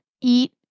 eat